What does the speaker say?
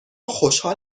خوشحال